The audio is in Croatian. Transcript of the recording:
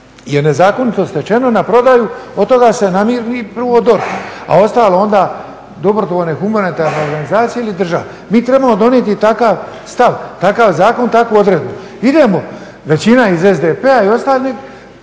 da je nezakonito stečeno na prodaju, od toga se namiri prvo DORH, a ostalo onda dobrotvorne humanitarne organizacije ili država. Mi trebamo donijeti takav stav, takav zakon, takvu odredbu. Idemo, većina iz SDP-a i ostali